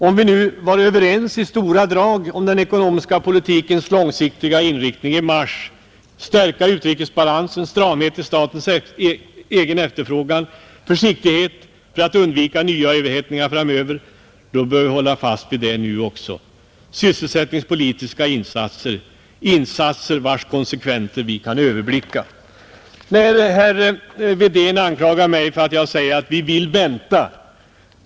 Om vi nu i mars i stora drag var överens om den ekonomiska politikens långsiktiga inriktning — att stärka utrikesbalansen, att iaktta stramhet i statens egen efterfrågan och att iaktta försiktighet för att undvika nya överhettningar framöver — då bör vi hålla fast vid det och fortsätta med sysselsättningspolitiska insatser, insatser vilkas konsekvenser vi kan överblicka. Herr Wedén anklagade mig för att jag säger att vi vill vänta.